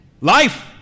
life